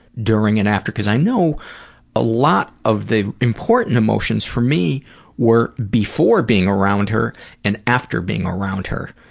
during and after because i know a lot of the important emotions for me were before being around her and after being around her,